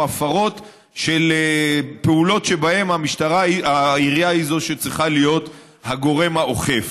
ההפרות של פעולות שבהן העירייה היא זו שצריכה להיות הגורם האוכף.